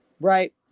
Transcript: Right